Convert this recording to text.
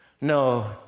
No